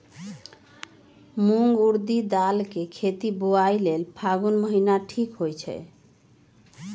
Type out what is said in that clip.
मूंग ऊरडी दाल कें खेती बोआई लेल फागुन महीना ठीक होई छै